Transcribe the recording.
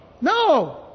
No